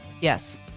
Yes